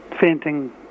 fainting